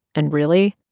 and, really,